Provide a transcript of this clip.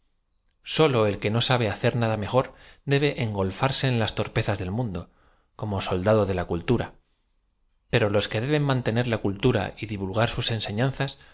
sólo el que no sabe hacer nada mejor debe engol farse en las torpezas del mundo como soldado de la cultura pero los que deben mantener la cultura y di v u lg a r sus enseñanzas